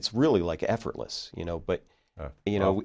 it's really like effortless you know but you know